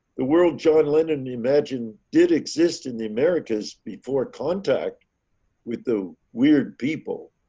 the world john lennon imagine did exist in the americas before contact with the weird people